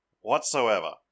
whatsoever